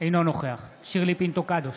אינו נוכח שירלי פינטו קדוש,